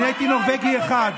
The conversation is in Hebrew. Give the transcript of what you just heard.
אני הייתי נורבגי אחד,